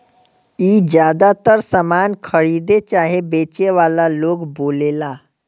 ई ज्यातर सामान खरीदे चाहे बेचे वाला लोग बोलेला